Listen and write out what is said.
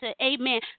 amen